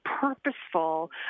purposeful